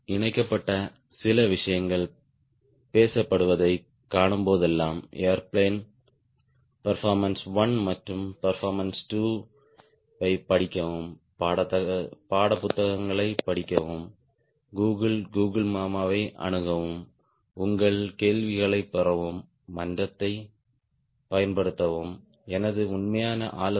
இணைக்கப்பட்ட சில விஷயங்கள் பேசப்படுவதைக் காணும்போதெல்லாம் ஏர்பிளேன் பேர்போர்மன்ஸ் 1 மற்றும் பேர்போர்மன்ஸ் 2 ஐத் படிக்கவும் பாடப்புத்தகங்களைப் படிக்கவும் கூகிள் கூகிள் மாமாவை அணுகவும் உங்கள் கேள்விகளைப் பெறவும் மன்றத்தைப் பயன்படுத்தவும் எனது உண்மையான ஆலோசனை